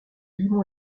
limon